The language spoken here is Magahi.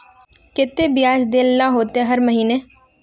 केते बियाज देल ला होते हर महीने?